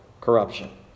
corruption